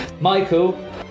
Michael